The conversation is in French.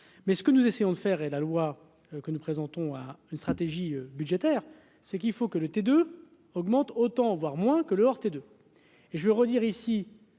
mais ce que nous essayons de faire, et la loi que nous présentons. Une stratégie budgétaire ce qu'il faut que le T2 augmente autant voire moins que le haut et de et je veux redire ici.